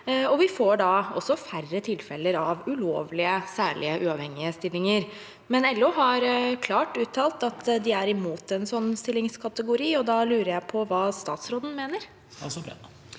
Vi får da også færre tilfeller av ulovlige særlig uavhengige stillinger. LO har klart uttalt at de er imot en sånn stillingskategori, og da lurer jeg på hva statsråden mener.